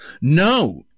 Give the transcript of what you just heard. No